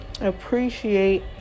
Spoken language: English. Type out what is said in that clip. appreciate